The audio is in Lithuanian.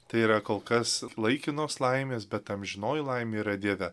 tai yra kol kas laikinos laimės bet amžinoji laimė yra dieve